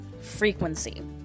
frequency